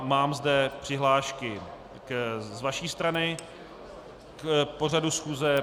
Mám zde přihlášky z vaší strany k pořadu schůze.